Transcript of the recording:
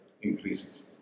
increases